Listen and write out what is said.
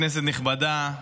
כנסת נכבדה,